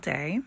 Day